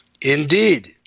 Indeed